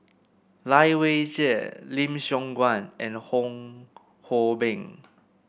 Lai Weijie Lim Siong Guan and Fong Hoe Beng